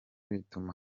bituma